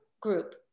group